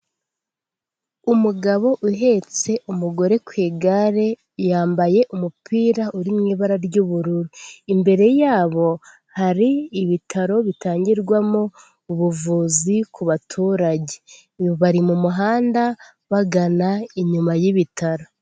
Umugabo uhetse umugore ku igare yambaye umupira uri mu ibara ry'ubururu imbere yabo hari ibitaro bitangirwamo ubuvuzi ku baturage bari mu muhanda bagana inyuma y'ibitaro.